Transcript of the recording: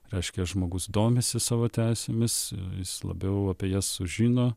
reiškia žmogus domisi savo teisėmis jis labiau apie jas sužino